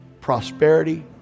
prosperity